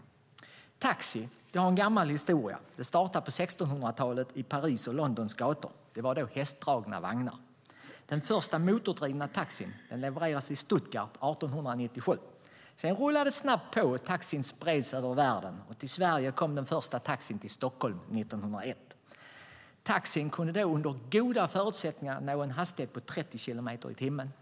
Taxi har en gammal historia. Det startade på 1600-talet på Paris och Londons gator. Det var då hästdragna vagnar. Den första motordrivna taxin levererades i Stuttgart 1897. Sedan rullade det snabbt på, och taxin spreds över välden. Den första taxin i Sverige kom till Stockholm 1901. Taxin kunde då under goda förutsättningar nå en hastighet på 30 kilometer i timmen.